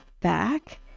back